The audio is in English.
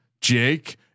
Jake